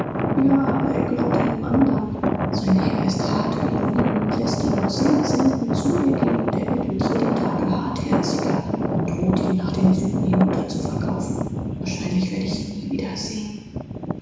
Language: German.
ja aber er gehört einem anderen herrn sein master ist sehr hart gegen ihn und will ihn nie ausgehen lassen um mich zu sehen und er ist immer schlimmer gegen uns geworden und hat ihm gedroht ihn nach süden zu verkaufen ich werde ihn wohl nie wieder